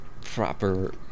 proper